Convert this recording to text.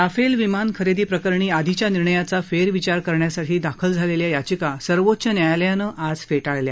Rafale विमानखरेदी प्रकरणी आधीच्या निर्णयाचा फेरविचार करण्यासाठी दाखल झालेल्या याचिका सर्वोच्च न्यायालयानं आज फेटाळल्या